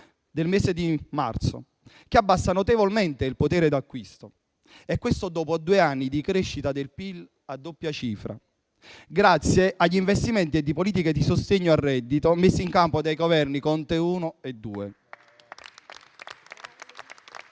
nel mese di marzo, che abbassa notevolmente il potere d'acquisto. Questo dopo due anni di crescita del PIL a doppia cifra, grazie agli investimenti e a politiche di sostegno al reddito messe in campo dai Governi Conte I e II.